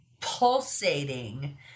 pulsating